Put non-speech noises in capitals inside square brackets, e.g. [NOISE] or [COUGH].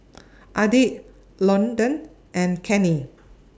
[NOISE] Edyth Londyn and Kenny